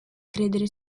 credere